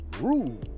rule